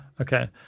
Okay